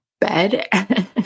bed